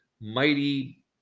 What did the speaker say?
mighty